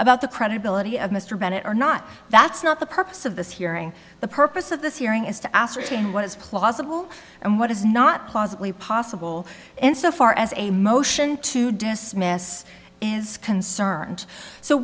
about the credibility of mr bennett or not that's not the purpose of this hearing the purpose of this hearing is to ascertain what is plausible and what is not plausibly possible insofar as a motion to dismiss is concerned so